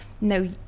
no